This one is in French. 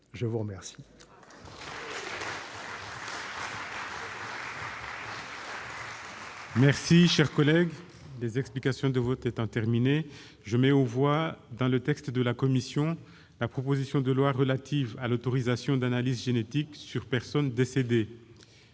Je vous remercie